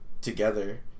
together